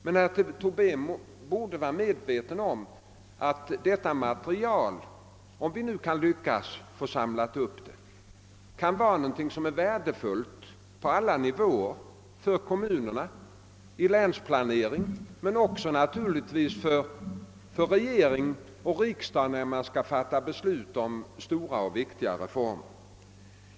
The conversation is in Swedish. Herr Tobé borde vara medveten om att detta material — om vi nu lyckas samla upp det — kan vara värdefullt på alla nivåer: för kommunerna och vid länsplanering men naturligtvis också för regering och riksdag, när de skall fatta beslut om stora och viktiga reformer.